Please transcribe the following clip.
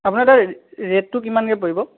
আপোনাৰ তাত ৰেটটো কিমানকৈ পৰিব